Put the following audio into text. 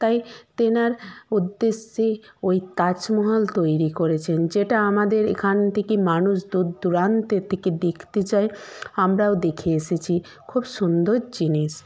তাই তাঁর উদ্দেশে ওই তাজমহল তৈরি করেছেন যেটা আমাদের এখান থেকে মানুষ দূরদূরান্তের থেকে দেখতে যায় আমরাও দেখে এসেছি খুব সুন্দর জিনিস